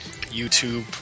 YouTube